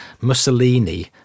Mussolini